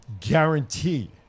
guarantee